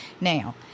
Now